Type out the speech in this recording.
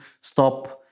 stop